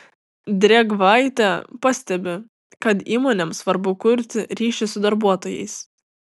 drėgvaitė pastebi kad įmonėms svarbu kurti ryšį su darbuotojais